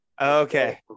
Okay